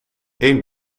eén